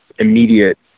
immediate